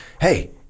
hey